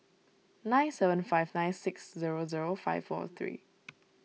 nine seven five nine six zero zero five four three